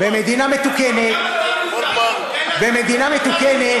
במדינה מתוקנת, במדינה מתוקנת